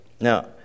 Now